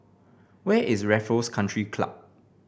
where is Raffles Country Club